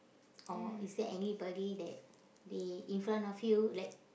or is there anybody that they in front of you like